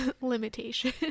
limitation